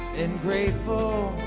and grateful